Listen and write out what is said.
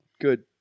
good